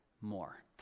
more